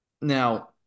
Now